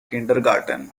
kindergarten